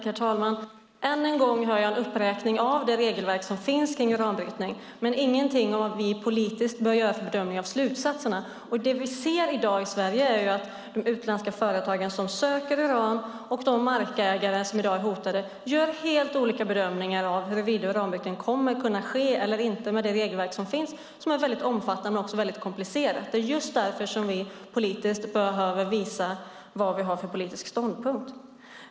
Herr talman! Än en gång hör jag en uppräkning av det regelverk som finns kring uranbrytning men ingenting om vad vi politiskt bör göra för bedömning av slutsatserna. Det som vi ser i dag i Sverige är att de utländska företag som söker uran och de markägare som i dag är hotade gör helt olika bedömningar av huruvida uranbrytning kommer att kunna ske eller inte med det regelverk som finns och som är väldigt omfattande och också väldigt komplicerat. Det är just därför som vi behöver visa vad vi har för politisk ståndpunkt.